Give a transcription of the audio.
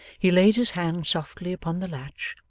he laid his hand softly upon the latch,